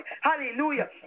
Hallelujah